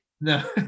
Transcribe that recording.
no